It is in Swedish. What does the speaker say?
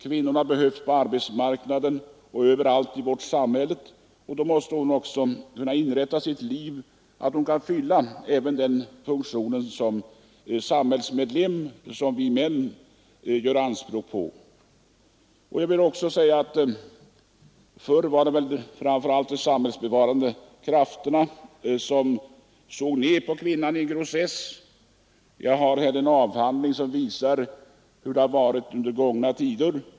Kvinnorna behövs på arbetsmarknaden överallt i vårt samhälle. Då måste hon kunna inrätta sitt liv så att hon kan fylla även funktionen såsom samhällsmedlem, en sak som vi män också anser att hon skall göra. Framför allt de samhällsbevarande krafterna såg förr ned på kvinnan i grossess. Jag har här en avhandling som visar hur det var i gångna tider.